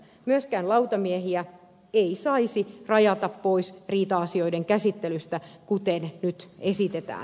myöskään lautamiehiä ei saisi rajata pois riita asioiden käsittelystä kuten nyt esitetään